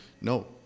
No